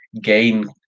gain